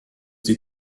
die